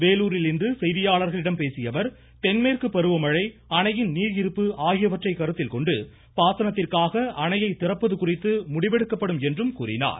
வேலூரில் இன்று செய்தியாளர்களிடம் பேசிய அவர் தென்மேற்கு பருவமழை அணையின் நீர் இருப்பு ஆகியவற்றை கருத்தில் கொண்டு பாசனத்திற்காக அணையை திறப்பது குறித்து முடிவெடுக்கப்படும் என்று கூறினார்